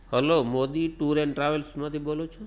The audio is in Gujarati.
હલો મોદી ટુર એન ટ્રાવેલ્સમાંથી બોલો છો